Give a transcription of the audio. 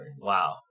Wow